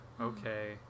Okay